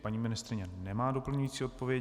Paní ministryně nemá doplňující odpověď.